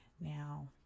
Now